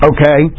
Okay